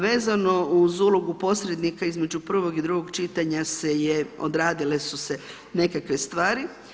Vezano uz ulogu posrednika između prvog i drugog čitanja se je odradile su se nekakve stvari.